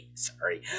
Sorry